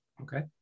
Okay